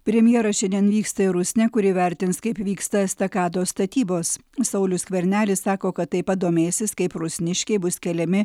premjeras šiandien vyksta į rusnę kur įvertins kaip vyksta estakados statybos saulius skvernelis sako kad taip pat domėsis kaip rusniškiai bus keliami